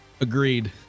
Agreed